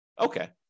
Okay